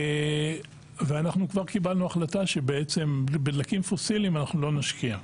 ואנחנו קיבלנו החלטה שבדלקים פוסיליים אנחנו לא נשקיע.